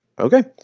Okay